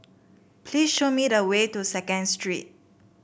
please show me the way to Second Street